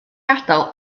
adael